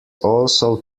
also